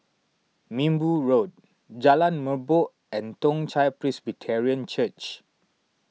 Minbu Road Jalan Merbok and Toong Chai Presbyterian Church